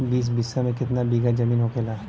बीस बिस्सा में कितना बिघा जमीन होखेला?